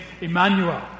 Emmanuel